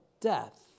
death